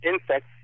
insects